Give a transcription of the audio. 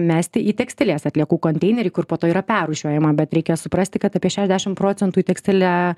mesti į tekstilės atliekų konteinerį kur po to yra perrūšiuojama bet reikia suprasti kad apie šešiasdešim procentų į tekstilę